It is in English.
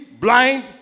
blind